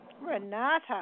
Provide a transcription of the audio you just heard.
Renata